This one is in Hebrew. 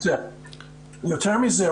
יותר מזה,